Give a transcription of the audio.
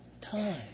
time